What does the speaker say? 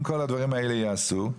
אם כל הדברים האלו יעשו,